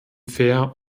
fair